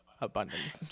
abundant